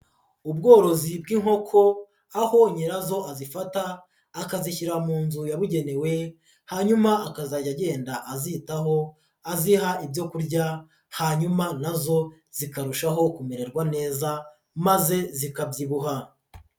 Ubworozi bw'inkoko aho nyirazo azifata akazishyira mu nzu yabugenewe, hanyuma akazajya agenda azitaho aziha ibyo kurya hanyuma na zo zikarushaho kumererwa neza maze zikabyibuha.